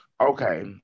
Okay